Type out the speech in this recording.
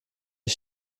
die